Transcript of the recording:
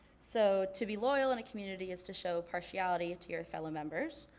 so to be loyal in a community is to show partiality to your fellow members,